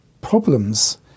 problems